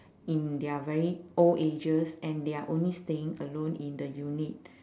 in their very old ages and they are only staying alone in the unit